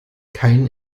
kein